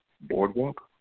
Boardwalk